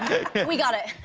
we got it.